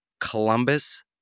Columbus